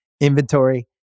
inventory